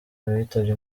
witabye